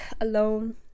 alone